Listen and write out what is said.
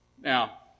Now